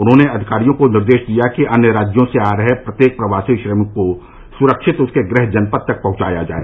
उन्होंने अधिकारियों को निर्देश दिया कि अन्य राज्यों से आ रहे प्रत्येक प्रवासी श्रमिक को सुरक्षित उनके गृह जनपद पहुंचाया जाए